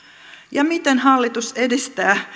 ja miten hallitus edistää